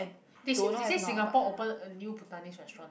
they say they say singapore open a new bhutanese restaurant ah